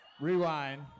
Rewind